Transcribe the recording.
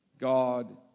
God